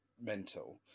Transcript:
mental